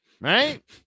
Right